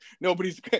nobody's